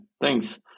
thanks